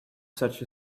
such